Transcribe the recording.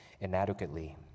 inadequately